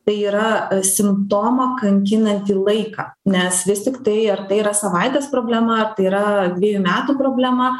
tai yra simptomo kankinantį laiką nes vis tiktai ar tai yra savaitės problema ar tai yra dvejų metų problema